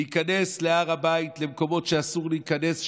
להיכנס להר הבית, למקומות שאסור להיכנס שם,